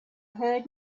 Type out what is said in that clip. heard